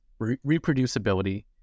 reproducibility